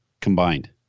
combined